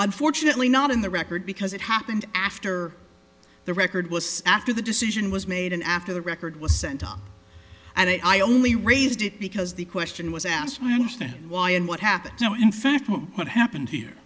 unfortunately not in the record because it happened after the record was after the decision was made and after the record was sent and i only raised it because the question was asked why understand why and what happens now in fact what happened here